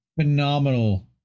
Phenomenal